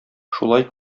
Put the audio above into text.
шулай